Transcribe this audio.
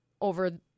over